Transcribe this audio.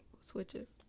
switches